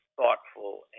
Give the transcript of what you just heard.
thoughtful